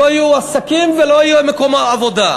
לא יהיו עסקים ולא יהיה מקום עבודה.